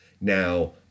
Now